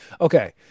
Okay